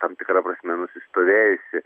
tam tikra prasme nusistovėjusi